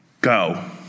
Go